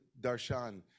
Darshan